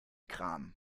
kram